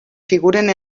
figuren